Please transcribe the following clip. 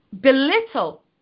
belittle